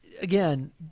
again